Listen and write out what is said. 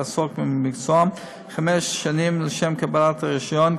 לעסוק במקצועם חמש שנים לשם קבלת הרישיון.